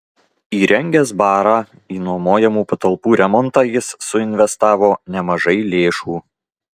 įrengęs barą į nuomojamų patalpų remontą jis suinvestavo nemažai lėšų